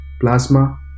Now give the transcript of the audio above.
plasma